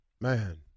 Man